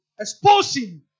exposing